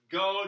go